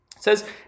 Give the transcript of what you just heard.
Says